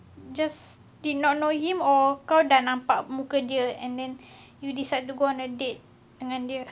just did not know him or kau dah nampak muka dia and then you decide to go on a date dengan dia